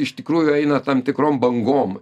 iš tikrųjų eina tam tikrom bangom